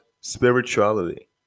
spirituality